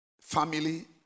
family